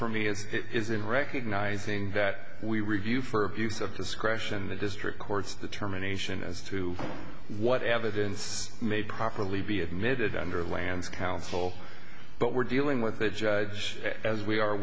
me is in recognizing that we review for abuse of discretion the district courts the terminations as to what evidence may properly be admitted under lands counsel but we're dealing with a judge as we are